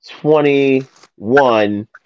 twenty-one